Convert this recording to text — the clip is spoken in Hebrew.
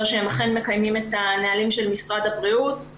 שהם אכן מקיימים את הנהלים של משרד הבריאות,